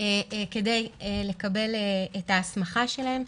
כדי לקבל את ההסמכה שלהם.